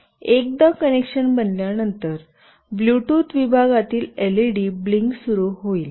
एकदा कनेक्शन बनल्या नंतर ब्लूटूथ विभागातील एलईडी ब्लिंक सुरू होईल